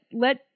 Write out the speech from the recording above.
let